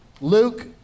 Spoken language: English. Luke